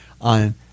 on